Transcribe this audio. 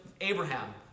Abraham